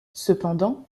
cependant